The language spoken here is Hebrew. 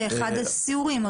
כאחד הסיורים.